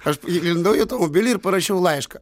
aš įlindau į automobilį ir parašiau laišką